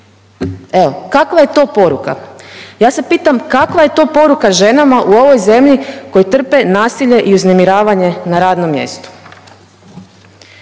Evo kakva je to poruka? Ja se pitam kakva je to poruka ženama u ovoj zemlji koji trpe nasilje i uznemiravanje na radnom mjestu?